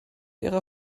ihrer